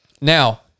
Now